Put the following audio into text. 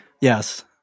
Yes